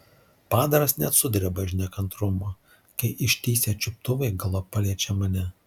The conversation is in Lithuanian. padaras net sudreba iš nekantrumo kai ištįsę čiuptuvai galop paliečia mane